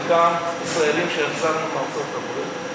חלקם ישראלים שהחזרנו מארצות-הברית.